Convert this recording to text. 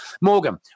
Morgan